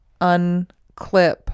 unclip